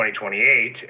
2028